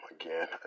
Again